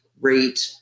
rate